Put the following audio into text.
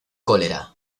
cólera